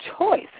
choice